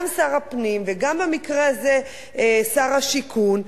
גם שר הפנים, וגם, במקרה הזה, שר השיכון,